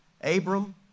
abram